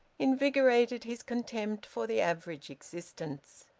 invigorated his contempt for the average existence.